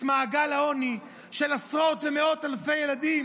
את מעגל העוני של עשרות ומאות אלפי ילדים